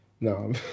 No